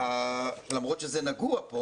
למרות שזה נגוע פה